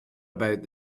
about